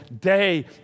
day